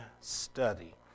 study